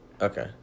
Okay